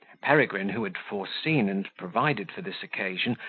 peregrine, who had foreseen and provided for this occasion,